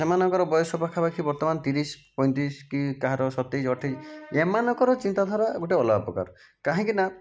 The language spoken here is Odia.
ସେମାନଙ୍କର ବୟସ ପାଖାପାଖି ବର୍ତ୍ତମାନ ତିରିଶ ପଇଁତିରିଶ କି କାହାର ସତେଇଶ ଅଠେଇଶ ଏମାନଙ୍କର ଚିନ୍ତାଧାରା ଗୋଟିଏ ଅଲଗା ପ୍ରକାର କାହିଁକିନା